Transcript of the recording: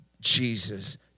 Jesus